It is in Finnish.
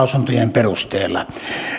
lausuntojen perusteella